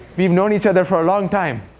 we've known each other for a long time.